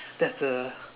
that's a